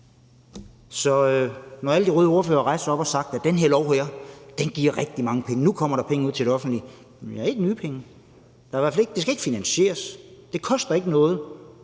Så når alle de røde ordførere har rejst sig op og sagt, at den her lov vil give rigtig mange penge, at nu kommer der penge ud til det offentlige, så er det ikke nye penge. Det skal i hvert fald ikke finansieres. Det koster ikke noget.